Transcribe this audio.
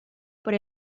por